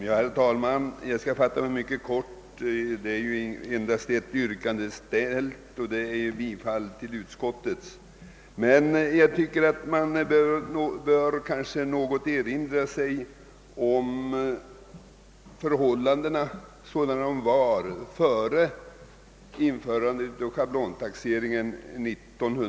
Herr talman! Jag skall fatta mig mycket kort, eftersom det inte framställts något särskilt yrkande. Vi bör nog erinra oss de förhållanden som rådde före 1955 då schablontaxeringen infördes.